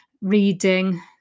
reading